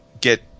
get